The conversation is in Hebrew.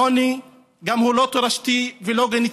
עוני הוא גם לא תורשתי ולא גנטיקה.